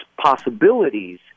possibilities